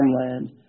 farmland